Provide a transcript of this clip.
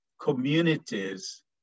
communities